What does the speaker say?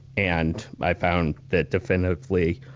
and i found that, definitively,